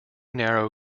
narrow